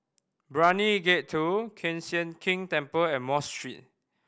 Brani Gate Two Kiew Sian King Temple and Mosque Street